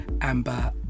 Amber